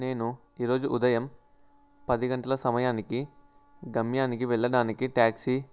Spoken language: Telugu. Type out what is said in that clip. నేను ఈరోజు ఉదయం పది గంటల సమయానికి గమ్యానికి వెళ్ళడానికి ట్యాక్సీ